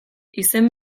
izen